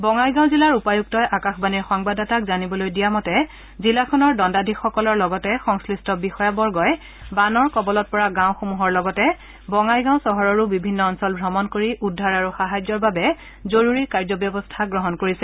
বঙাইগাঁও জিলাৰ উপায়ুক্তই আকাশবাণীৰ সংবাদদাতাক জানিবলৈ দিয়া মতে জিলাখনৰ দণ্ডাধীশসকলৰ লগতে সংশ্লি্ট বিষয়াবৰ্গই বানৰ কবলত পৰা গাঁওসমূহৰ লগতে বঙাইগাঁও চহৰৰো বিভিন্ন অঞ্চল ভ্ৰমণ কৰি উদ্ধাৰ আৰু সাহায্যৰ বাবে জৰুৰী কাৰ্যব্যৱস্থা গ্ৰহণ কৰিছে